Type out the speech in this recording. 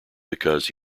because